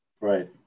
Right